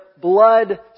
blood